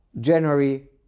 January